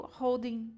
holding